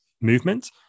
movement